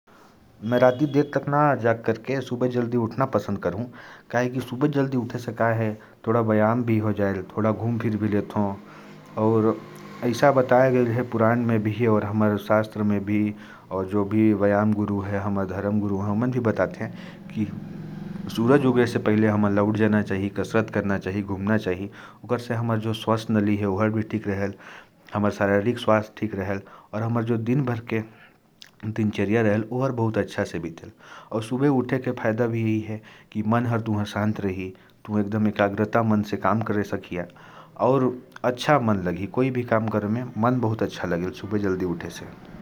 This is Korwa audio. मैं रात को देर तक ना जागकर, सुबह जल्दी उठना पसंद करता हूँ। हमारे पुराणों में और जो धर्म गुरु हैं, वे भी सुबह उठने को बहुत लाभकारी बताते हैं। और सुबह जल्दी उठने से रोग और बीमारी का खतरा कम रहता है, इसी कारण मैं सुबह जल्दी उठना पसंद करता हूँ।